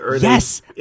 Yes